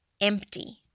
empty